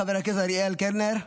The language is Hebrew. חבר הכנסת אריאל קלנר,